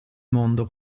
mondo